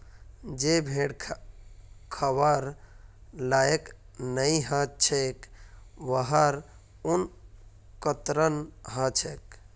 जे भेड़ खबार लायक नई ह छेक वहार ऊन कतरन ह छेक